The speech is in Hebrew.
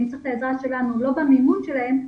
לא במימון שלהם,